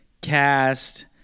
cast